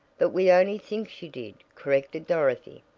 but we only think she did, corrected dorothy.